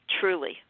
truly